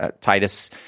Titus